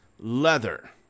leather